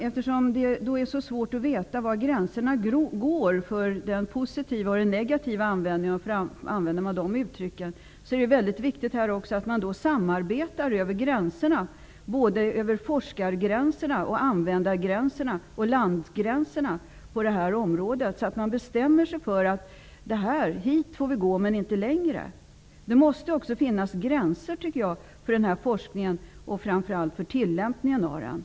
Eftersom det är så svårt att veta var gränserna går för den positiva och den negativa användningen, om jag får uttrycka mig så, är det väldigt viktigt här att man samarbetar över gränserna -- både över forskar och användargränserna och över landgränserna -- på det här området. Det gäller att bestämma sig för att hit får vi gå, men inte längre. Det måste också finnas gränser för den här forskningen och framför allt för tillämpningen av den.